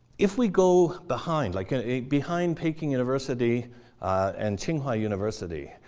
if we go behind like ah behind peking university and qinghai university,